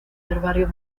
herbario